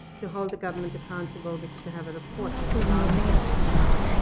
to hold the government accountable, because they have a report that allows them to now,